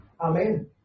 Amen